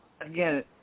again